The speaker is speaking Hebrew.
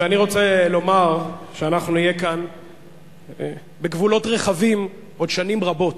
אני רוצה לומר שאנחנו נהיה כאן בגבולות רחבים עוד שנים רבות.